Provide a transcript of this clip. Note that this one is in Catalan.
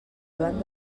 joan